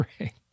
Right